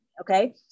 Okay